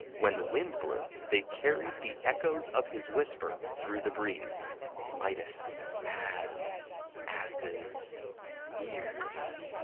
when the wind blew, they carried the echoes of his whisper through the breeze midas has ass's ears.